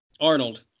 Arnold